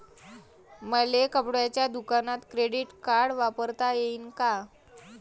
मले कपड्याच्या दुकानात क्रेडिट कार्ड वापरता येईन का?